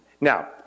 Now